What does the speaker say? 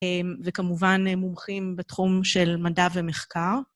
וכמובן מומחים בתחום של מדע ומחקר.